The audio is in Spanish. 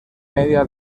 media